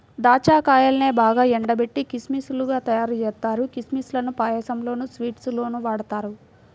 దాచ్చా కాయల్నే బాగా ఎండబెట్టి కిస్మిస్ లుగా తయ్యారుజేత్తారు, కిస్మిస్ లను పాయసంలోనూ, స్వీట్స్ లోనూ వాడతారు